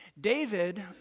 David